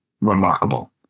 remarkable